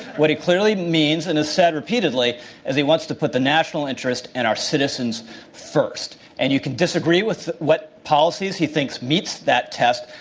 what he clearly means and has said repeatedly is, he wants to put the national interest and our citizens first and you can disagree with what policies he thinks beat that test,